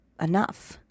enough